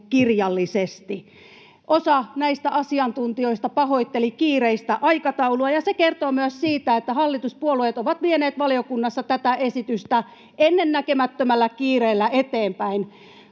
kirjallisesti. Osa näistä asiantuntijoista pahoitteli kiireistä aikataulua, ja se kertoo myös siitä, että hallituspuolueet ovat vieneet valiokunnassa tätä esitystä eteenpäin ennennäkemättömällä kiireellä.